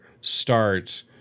start